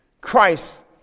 Christ